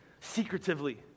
secretively